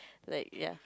like ya